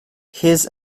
his